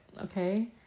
okay